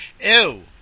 Ew